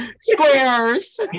squares